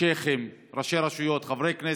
שייח'ים, ראשי רשויות, חברי כנסת,